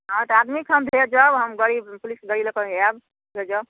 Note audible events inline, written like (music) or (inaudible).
हँ तऽ आदमीके हम भेजब हम गड़ी पुलिस गड़ी लऽ कऽ आयब (unintelligible)